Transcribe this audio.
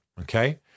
okay